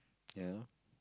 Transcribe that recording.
ya lor